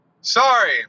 Sorry